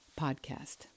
podcast